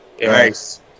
Nice